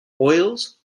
oils